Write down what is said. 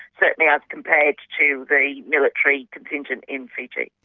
certainly as compared to the military contingent in fiji.